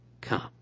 come